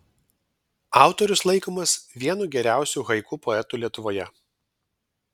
autorius laikomas vienu geriausiu haiku poetų lietuvoje